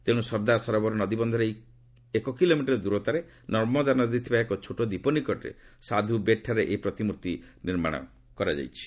ତେଣୁ ସର୍ଦ୍ଦାର ସରୋବର ନଦୀବନ୍ଧର ଏକ କିଲୋମିଟର ଦୂରତାରେ ନର୍ମଦା ନଦୀରେ ଥିବା ଏକ ଛୋଟ ଦ୍ୱିପ ନିକଟରେ ସାଧ୍ର ବେଟ୍ଠାରେ ଏହି ପ୍ରତିମୂର୍ତ୍ତି ନିର୍ମାଣ କରାଯାଇଛି